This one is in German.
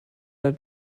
der